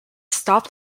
stop